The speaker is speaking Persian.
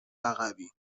عقبیم